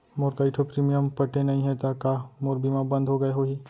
मोर कई ठो प्रीमियम पटे नई हे ता का मोर बीमा बंद हो गए होही?